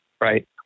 right